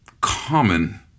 common